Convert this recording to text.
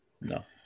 No